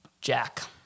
Jack